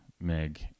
Meg